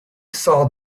saw